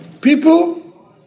people